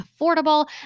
affordable